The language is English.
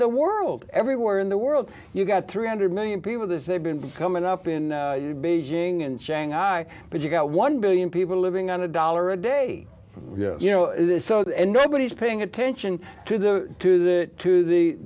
the world everywhere in the world you've got three hundred million people that they've been coming up in beijing and shanghai but you've got one billion people living on a dollar a day you know nobody's paying attention to the to the to the